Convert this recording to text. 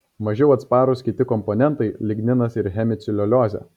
mažiau atsparūs kiti komponentai ligninas ir hemiceliuliozė